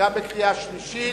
גם בקריאה שלישית.